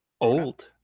old